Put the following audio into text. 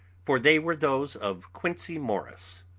for they were those of quincey morris.